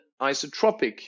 isotropic